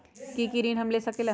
की की ऋण हम ले सकेला?